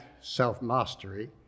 self-mastery